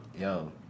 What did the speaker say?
Yo